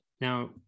now